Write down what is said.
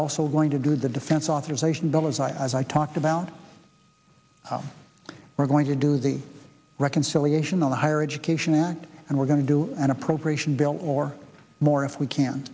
also going to do the defense authorization bill as i talked about how we're going to do the reconciliation on the higher education act and we're going to do an appropriation bill or more if we can't